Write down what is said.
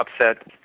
upset